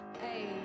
Hey